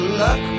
luck